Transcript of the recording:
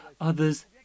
others